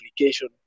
application